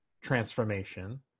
transformation